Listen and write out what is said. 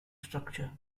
structure